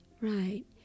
Right